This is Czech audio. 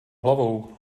hlavou